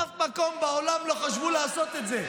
באף מקום בעולם לא חשבו לעשות את זה.